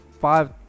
five